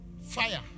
Fire